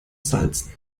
salzen